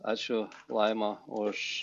ačiū laima už